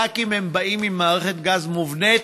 רק אם הם באים עם מערכת גז מובנית,